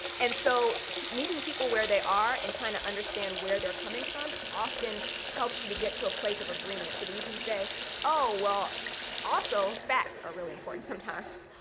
and so meeting people where they are and trying to understand where they're coming from often helps you to get to a place of agreement so that you can say oh, well also facts are really important sometimes.